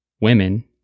women